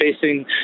facing